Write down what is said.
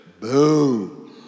boom